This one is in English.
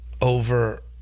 Over